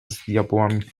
diabłami